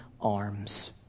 arms